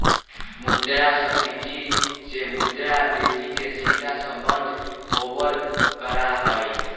मुद्रास्फीती से मुद्रा वृद्धि के सीधा सम्बन्ध होबल करा हई